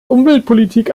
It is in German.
umweltpolitik